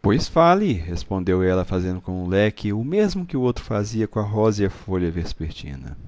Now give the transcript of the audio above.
pois fale respondeu ela fazendo com o leque o mesmo que o outro fazia com a rósea folha vespertina